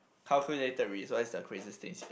calculated risk what is the craziest things